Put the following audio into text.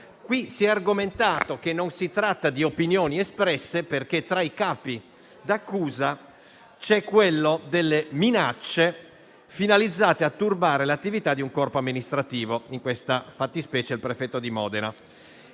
Si è argomentato che non si tratta di opinioni espresse perché tra i capi d'accusa c'è quello delle minacce finalizzate a turbare l'attività di un corpo amministrativo, in questa fattispecie il prefetto di Modena.